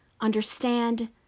understand